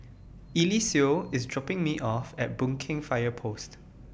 Eliseo IS dropping Me off At Boon Keng Fire Post